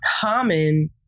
common